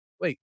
Wait